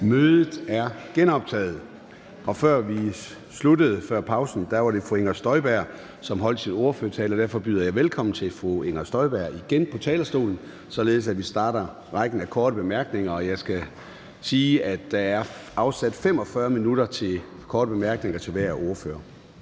Mødet er genoptaget. Da vi sluttede før pausen, var det fru Inger Støjberg, som holdt sin ordførertale, og derfor byder jeg igen velkommen til fru Inger Støjberg på talerstolen, således at vi kan starte på rækken af korte bemærkninger. Jeg skal sige, at der er afsat 45 minutter til korte bemærkninger til ordføreren.